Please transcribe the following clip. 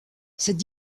cette